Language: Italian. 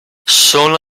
sono